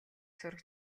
сураг